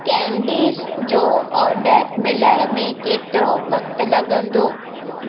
कैंडिस जो ऑडर मिलण में केतिरो वक़्तु लॻंदो